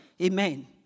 Amen